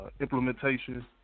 implementation